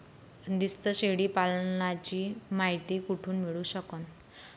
बंदीस्त शेळी पालनाची मायती कुठून मिळू सकन?